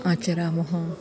आचरामः